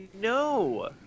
No